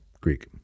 greek